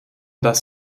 das